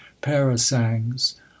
parasangs